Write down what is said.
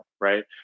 right